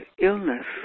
illness